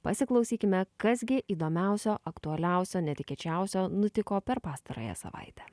pasiklausykime kas gi įdomiausio aktualiausio netikėčiausio nutiko per pastarąją savaitę